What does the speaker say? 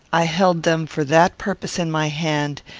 i held them for that purpose in my hand,